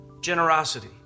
generosity